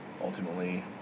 ultimately